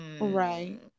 right